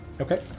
Okay